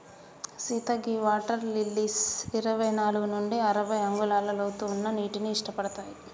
సీత గీ water lilies ఇరవై నాలుగు నుండి అరవై అంగుళాల లోతు ఉన్న నీటిని ఇట్టపడతాయి